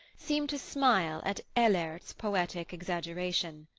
seem to smile at ehlert's poetic exaggeration.